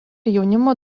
jaunimo